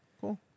cool